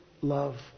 love